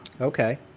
Okay